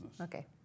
Okay